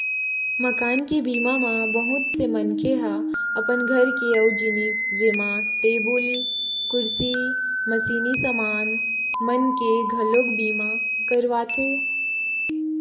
मकान के बीमा म बहुत से मनखे ह अपन घर के अउ जिनिस जेमा टेबुल, कुरसी, मसीनी समान मन के घलोक बीमा करवाथे